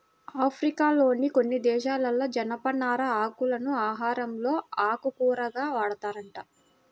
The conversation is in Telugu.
ఆఫ్రికాలోని కొన్ని దేశాలలో జనపనార ఆకులను ఆహారంలో ఆకుకూరగా వాడతారంట